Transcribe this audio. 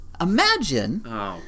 Imagine